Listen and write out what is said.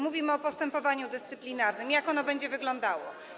Mówimy o postępowaniu dyscyplinarnym, jak ono będzie wyglądało.